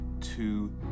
two